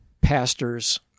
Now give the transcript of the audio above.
pastors